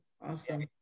Awesome